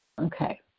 okay